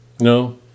No